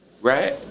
right